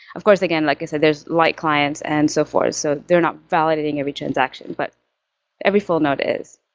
of course, again, like i said, there's light clients and so forth. so they're not validating every transaction, but every full node is.